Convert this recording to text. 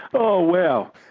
oh, wow.